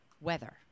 weather